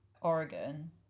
Oregon